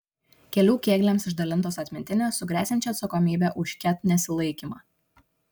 kelių kėgliams išdalintos atmintinės su gresiančia atsakomybe už ket nesilaikymą